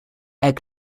egg